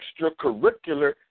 extracurricular